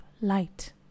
light